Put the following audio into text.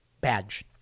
badge